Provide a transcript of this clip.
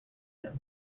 them